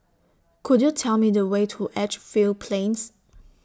Could YOU Tell Me The Way to Edgefield Plains